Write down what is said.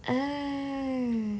oo